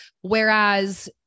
Whereas